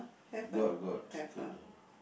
got got